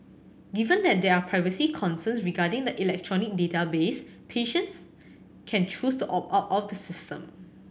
given that there are privacy concerns regarding the electronic database patients can choose to opt out of the system